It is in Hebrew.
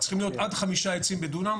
צריכים להיות עד חמישה עצים בדונם,